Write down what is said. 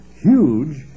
huge